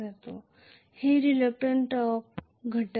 तर हे reluctance torque घटक आहेत